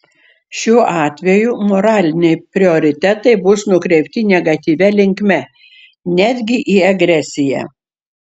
šiuo atveju moraliniai prioritetai bus nukreipti negatyvia linkme netgi į agresiją